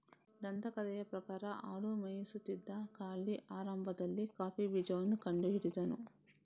ದಂತಕಥೆಯ ಪ್ರಕಾರ ಆಡು ಮೇಯಿಸುತ್ತಿದ್ದ ಕಾಲ್ಡಿ ಆರಂಭದಲ್ಲಿ ಕಾಫಿ ಬೀಜವನ್ನ ಕಂಡು ಹಿಡಿದನು